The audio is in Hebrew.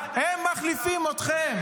הם מחליפים אתכם.